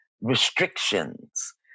restrictions